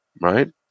Right